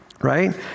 right